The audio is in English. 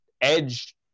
Edge